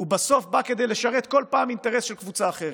בסוף בא כדי לשרת כל פעם אינטרס של קבוצה אחרת,